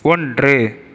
ஒன்று